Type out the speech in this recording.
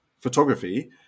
photography